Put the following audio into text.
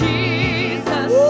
Jesus